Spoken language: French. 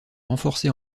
renforcer